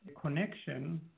connection